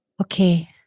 Okay